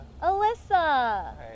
Alyssa